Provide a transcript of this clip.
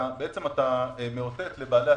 בעצם אתה מאותת לבעלי עסקים: